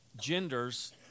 genders